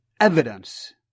evidence